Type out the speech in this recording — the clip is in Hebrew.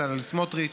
בצלאל סמוטריץ,